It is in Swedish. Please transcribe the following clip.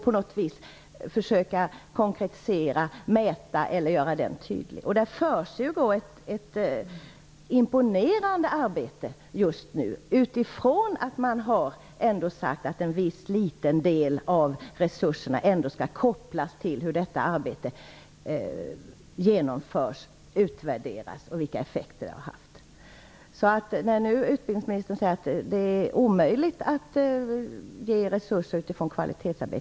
På något vis måste man försöka mäta den eller göra den tydlig. Det pågår ett imponerande arbete just nu. Detta sker utifrån det faktum att man ändå har sagt att en liten del av resurserna skall kopplas till hur detta arbete genomförs och vilka effekter det har. Utbildningsministern säger att det är omöjligt att ge resurser utifrån ett kvalitetsarbete.